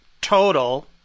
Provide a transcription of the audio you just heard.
total